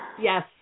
Yes